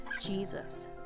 Jesus